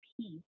peace